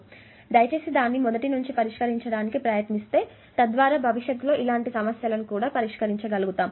కాబట్టి దయచేసి దాన్ని మొదటి నుంచి పరిష్కరించడానికి ప్రయత్నించండి తద్వారా భవిష్యత్తులో కూడా ఇలాంటి సమస్యలు పరిష్కరించగల్గుతారు